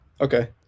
Okay